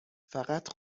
فقط